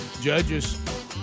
judges